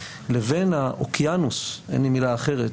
לבין האוקיינוס אין לי מילה אחרת,